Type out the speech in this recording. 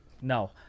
No